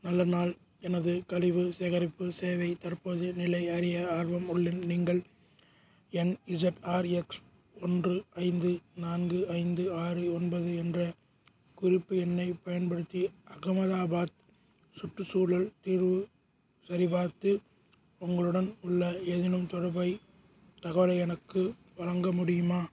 நல்ல நாள் எனது கழிவு சேகரிப்பு சேவை தற்போதய நிலை அறிய ஆர்வம் உள்ளேன் நீங்கள் என்இசட்ஆர்எக்ஸ் ஒன்று ஐந்து நான்கு ஐந்து ஆறு ஒன்பது என்ற குறிப்பு எண்ணைப் பயன்படுத்தி அகமதாபாத் சுற்றுச்சூழல் தீர்வு சரிபார்த்து உங்களிடம் உள்ள ஏதேனும் தொடர்பைத் தகவலை எனக்கு வழங்க முடியுமா